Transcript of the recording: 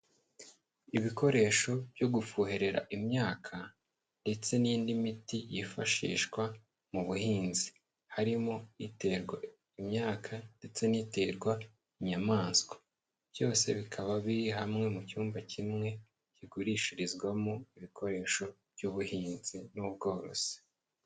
Ibikoresho byo gufuherera imyaka ndetse n'indi miti yifashishwa mu buhinzi, harimo iterwa imyaka ndetse n'itirwa inyamaswa, byose bikaba biri hamwe mu cyumba kimwe kigurishirizwamo ibikoresho by'ubuhinzi n'ubworozi.